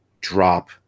drop